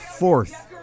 fourth